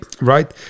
right